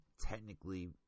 technically